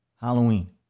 Halloween